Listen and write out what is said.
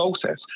process